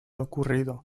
ocurrido